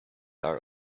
are